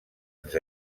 ens